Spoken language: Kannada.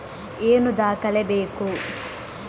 ಏನು ದಾಖಲೆ ಬೇಕು?